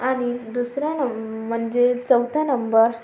आणि दुसरा नंब म्हणजे चौथा नंबर